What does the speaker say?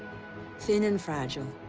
thin and fragile,